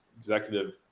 executive